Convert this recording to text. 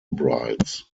brides